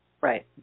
Right